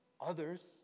others